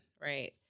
right